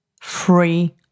free